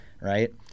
right